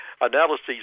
Analyses